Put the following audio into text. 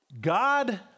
God